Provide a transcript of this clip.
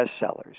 bestsellers